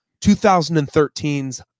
2013's